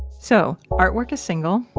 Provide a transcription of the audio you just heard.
so artwork is single.